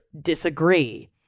disagree